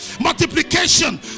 Multiplication